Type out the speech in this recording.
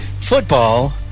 Football